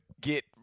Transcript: get